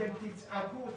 אתם תצעקו,